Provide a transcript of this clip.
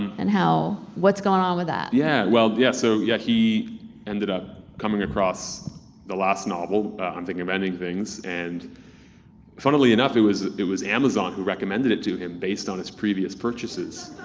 and how. what's going on with that? ir yeah, well yeah, so yeah he ended up coming across the last novel i'm thinking of ending things and funnily enough, it was it was amazon who recommended it to him based on his previous purchases.